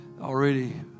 already